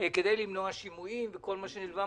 כדי למנוע שימועים וכל מה שנלווה,